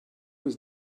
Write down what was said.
was